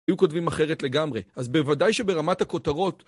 היו כותבים אחרת לגמרי, אז בוודאי שברמת הכותרות